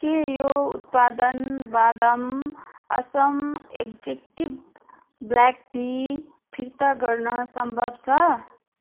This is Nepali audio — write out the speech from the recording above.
के यो उत्पादन वाहदाम असम एक्जटिक ब्ल्याक टी फिर्ता गर्न सम्भव छ